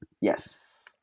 Yes